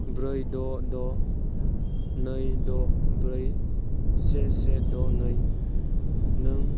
ब्रै द' द' नै द' ब्रै से से द नै नै